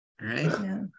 Right